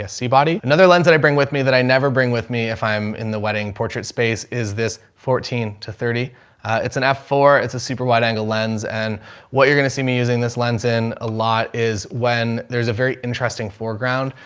ah see body. another lens that i bring with me that i never bring with me if i'm in the wedding portrait space, is this fourteen to thirty it's an f four. it's a super wide angle lens. and what you're going to see me using this lens in a lot is when there's a very interesting foreground,